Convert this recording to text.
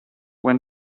when